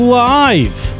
live